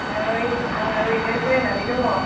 नै आङो ओरैनो जिरायनानै दङ